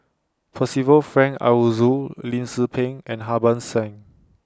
Percival Frank Aroozoo Lim Tze Peng and Harbans Singh